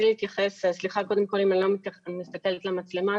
סליחה אם אני לא מסתכלת אל המצלמה,